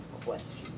question